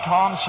Tom